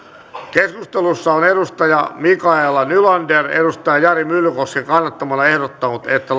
keskustelussa on mikaela nylander jari myllykosken kannattamana ehdottanut että